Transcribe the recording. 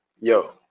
Yo